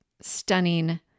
stunning